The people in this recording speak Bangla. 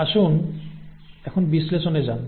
আসুন এখন বিশ্লেষণে যান